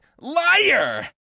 Liar